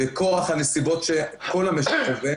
בכורח הנסיבות שכל המשק חווה,